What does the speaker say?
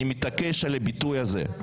אני מתעקש על הביטוי הזה,